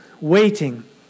waiting